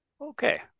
Okay